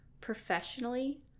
professionally